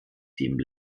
dem